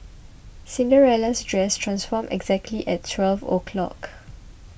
Cinderella's dress transformed exactly at twelve o'clock